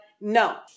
no